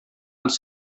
els